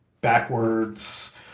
backwards